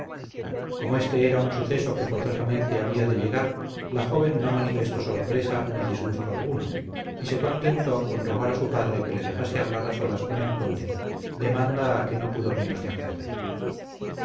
como este era un suceso que forzosamente había de llegar la joven no manifestó sorpresa ni disgusto alguno y se contentó con rogar a su padre que le dejase hablar a solas con el conde demanda a que no pudo menos de acceder